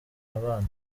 abana